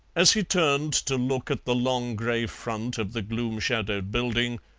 as he turned to look at the long grey front of the gloom-shadowed building,